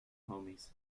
homies